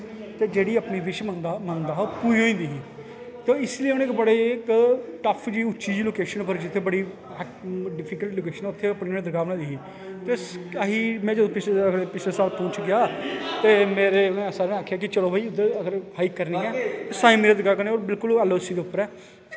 ते जेह्ड़ी अपनी बिश मंगदा हा पूरी होई जंदी ही ते इस्सै लेई उनें टफ जेही उच्ची लोकेशन उप्पर जेह् डिफिकल्ट लोकेशन ऐ उत्थें उनैं दरगाह् बनाई दी ही ते में पिछले साल पुंछ गेआ ते मेरे सर नै आक्खेआ कि चलो भाई अगर उद्धर हाईक करनी ऐं साईं मेददे ओह् बिलकुल उप्पर ऐ